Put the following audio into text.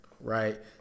Right